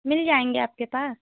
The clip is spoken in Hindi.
मिल जाएँगे आपके पास